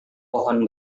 pohon